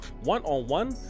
one-on-one